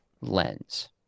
lens